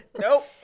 Nope